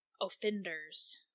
offenders